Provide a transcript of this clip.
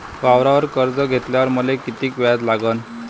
वावरावर कर्ज घेतल्यावर मले कितीक व्याज लागन?